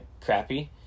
crappy